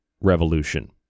revolution